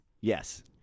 Yes